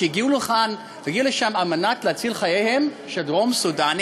שהגיעו לשם על מנת להציל חייהם של דרום-סודאנים